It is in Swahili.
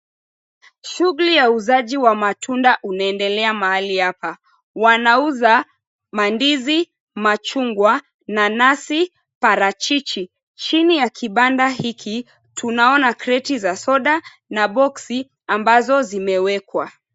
Shughuli ya uuzaji wa matunda unaendelea mahali hapa. Wanauza mandizi, machungwa, nanasi, parachichi. Chini ya kibanda hiki, tunaona kreti za soda na boksi ambazo zimewekwa.